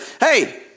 hey